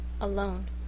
alone